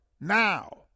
Now